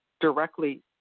directly